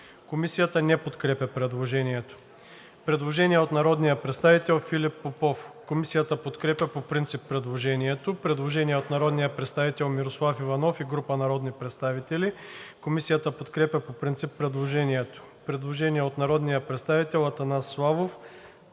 Комисията не подкрепя предложението. Предложение от народния представител Филип Попов. Комисията подкрепя по принцип предложението. Предложение на народния представител Мирослав Иванов и група народни представители. Комисията подкрепя по принцип предложението. Предложение на народния представител Атанас Славов,